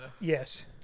yes